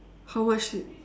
how much you